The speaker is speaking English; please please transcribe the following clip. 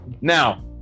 now